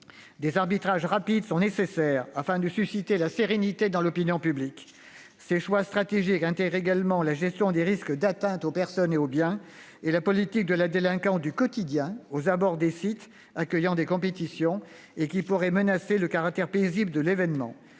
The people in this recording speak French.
Des arbitrages rapides sont nécessaires afin de susciter la sérénité dans l'opinion publique. Ces choix stratégiques intègrent également la gestion des risques d'atteintes aux personnes et aux biens, ainsi que la politique de la délinquance du quotidien aux abords des sites accueillant des compétitions, qui pourraient menacer le caractère paisible de l'événement.